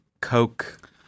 Coke